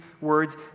words